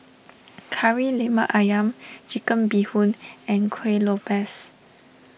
Kari Lemak Ayam Chicken Bee Hoon and Kuih Lopes